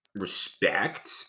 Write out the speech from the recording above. respect